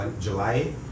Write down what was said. July